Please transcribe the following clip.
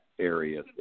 Area